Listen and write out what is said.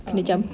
um